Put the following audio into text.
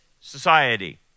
society